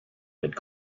that